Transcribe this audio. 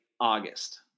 August